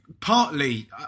partly –